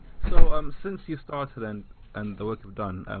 so um since you started and and the work you've done, and